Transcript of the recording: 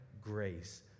grace